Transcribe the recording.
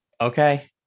Okay